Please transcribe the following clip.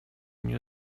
nie